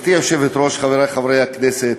גברתי היושבת-ראש, חברי חברי הכנסת,